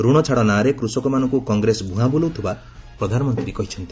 ରଣ ଛାଡ଼ ନାଁରେ କୃଷକମାନଙ୍କୁ କଟ୍ରେସ ଭୁଆଁ ବୁଲାଉଥିବା ପ୍ରଧାନମନ୍ତ୍ରୀ କହିଚ୍ଚନ୍ତି